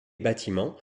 bâtiments